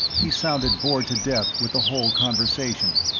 he sounded bored to death with the whole conversation.